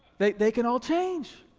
they they can all change.